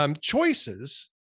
choices